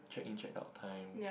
check in check out time